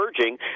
urging